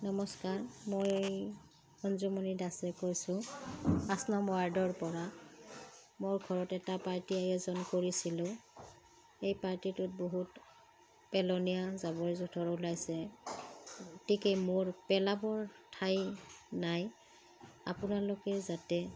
নমস্কাৰ মই অঞ্জুমণি দাসে কৈছোঁ পাঁচ নং ৱাৰ্ডৰপৰা মোৰ ঘৰত এটা পাৰ্টী আয়োজন কৰিছিলোঁ এই পাৰ্টীটোত বহুত পেলনীয়া জাবৰ জোথৰ ওলাইছে গতিকে মোৰ পেলাবৰ ঠাই নাই আপোনালোকে যাতে